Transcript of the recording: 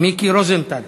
מיקי רוזנטל,